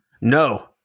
No